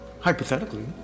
hypothetically